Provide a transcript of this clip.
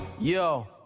Yo